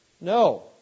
No